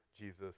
Jesus